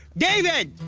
david.